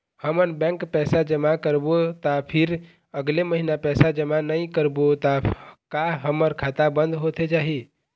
हमन बैंक पैसा जमा करबो ता फिर अगले महीना पैसा जमा नई करबो ता का हमर खाता बंद होथे जाही?